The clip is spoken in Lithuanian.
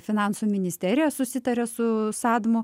finansų ministerija susitarė su sadmu